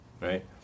right